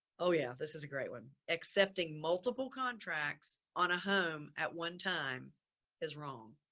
oh yeah. this is a great one accepting multiple contracts on a home at one time is wrong.